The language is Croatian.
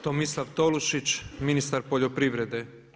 Tomislav Tolušić, ministar poljoprivrede.